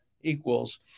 equals